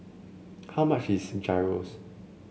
how much is Gyros